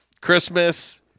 Christmas